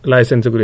License